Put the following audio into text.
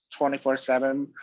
24-7